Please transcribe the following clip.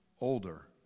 older